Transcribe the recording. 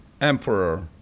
Emperor